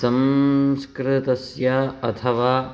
संस्कृतस्य अथवा